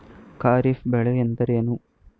ಖಾರಿಫ್ ಬೆಳೆ ಎಂದರೇನು?